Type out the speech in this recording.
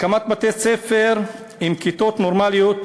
הקמת בתי-ספר עם כיתות נורמליות